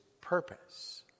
purpose